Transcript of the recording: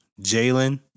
Jalen